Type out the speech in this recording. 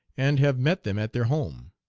and have met them at their home.